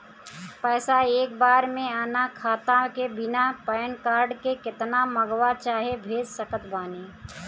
पैसा एक बार मे आना खाता मे बिना पैन कार्ड के केतना मँगवा चाहे भेज सकत बानी?